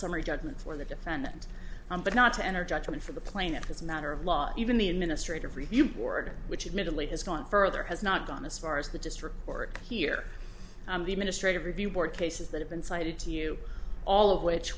summary judgment for the defendant but not to enter judgment for the plaintiff is a matter of law even the administrative review board which admittedly has gone further has not gone as far as the district court here in the ministry of review board cases that have been cited to you all of which